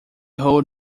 hold